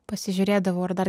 pasižiūrėdavau ar dar